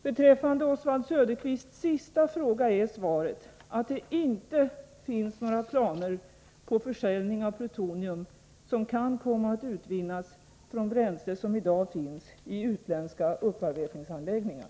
Beträffande Oswald Söderqvists sista fråga är svaret att det inte finns några planer på försäljning av plutonium som kan komma att utvinnas från bränsle som i dag finns i utländska upparbetningsanläggningar.